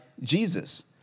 Jesus